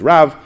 Rav